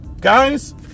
Guys